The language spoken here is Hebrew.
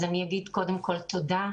אז אני אגיד קודם כול, תודה.